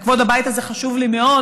וכבוד הבית הזה חשוב לי מאוד,